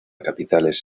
capitales